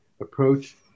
approach